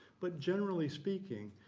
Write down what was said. but generally speaking,